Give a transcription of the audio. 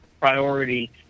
priority